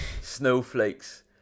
snowflakes